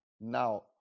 Now